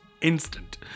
instant